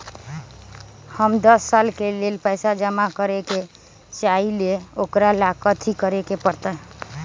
हम दस साल के लेल पैसा जमा करे के चाहईले, ओकरा ला कथि करे के परत?